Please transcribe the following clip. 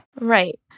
Right